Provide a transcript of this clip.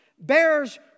bears